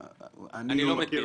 מכיר.